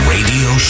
Radio